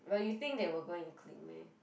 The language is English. but you think they will go and click meh